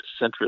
centrist